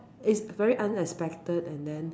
is a very unexpected and then